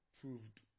proved